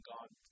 God